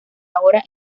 ahora